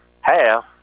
half